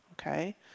okay